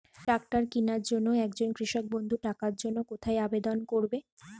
Tractor কিনার জন্য একজন কৃষক বন্ধু টাকার জন্য কোথায় আবেদন করবে?